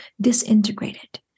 disintegrated